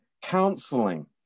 counseling